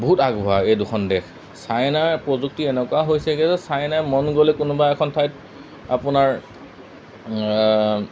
বহুত আগবঢ়া এই দুখন দেশ চাইনাৰ প্ৰযুক্তি এনেকুৱা হৈছেগৈ যে চাইনাই মন গ'লে কোনোবা এখন ঠাইত আপোনাৰ